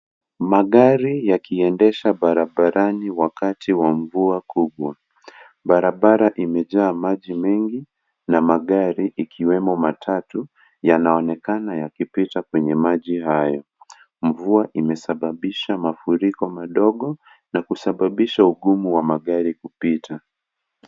Magari yakiendesha barabarani wakati wa mvua kubwa. Barabara imejaa maji mengi na magari ikiwemo matatu yanaonekana ikipita kwenye maji hayo. Mvua imesababisha mafuriko madogo na kusababisha ugumj wa magari kupita.